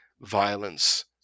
violence